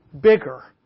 bigger